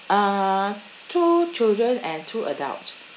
uh two children and two adults